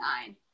nine